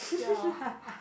ya